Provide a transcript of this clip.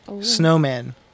Snowman